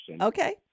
Okay